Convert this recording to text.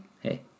Hey